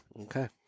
Okay